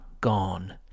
gone